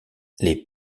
les